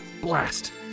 Blast